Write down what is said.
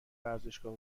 ورزشگاه